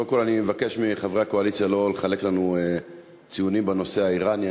קודם כול אני מבקש מחברי הקואליציה שלא לחלק לנו ציונים בנושא האיראני.